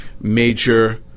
major